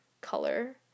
color